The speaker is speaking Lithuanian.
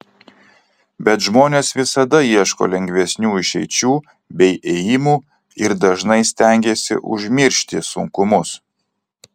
bet žmonės visada ieško lengvesnių išeičių bei ėjimų ir dažnai stengiasi užmiršti sunkumus